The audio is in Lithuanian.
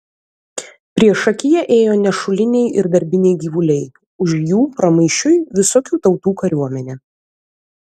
priešakyje ėjo nešuliniai ir darbiniai gyvuliai už jų pramaišiui visokių tautų kariuomenė